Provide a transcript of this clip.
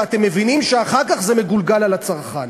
ואתם מבינים שאחר כך זה מגולגל על הצרכן.